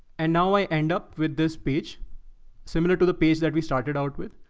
and now i end up with this page similar to the page that we started out with.